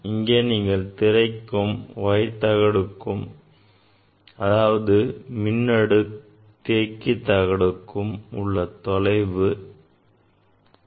இங்கே நீங்கள் திரைக்கும் Y தகடுக்கும் அதாவது மின்தேக்கி தகடுக்கும் உள்ள தொலைவு L